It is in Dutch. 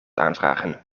aanvragen